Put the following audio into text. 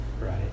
right